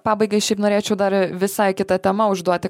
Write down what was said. pabaigai šiaip norėčiau dar visai kita tema užduoti